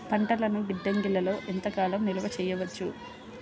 పంటలను గిడ్డంగిలలో ఎంత కాలం నిలవ చెయ్యవచ్చు?